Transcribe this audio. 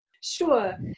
Sure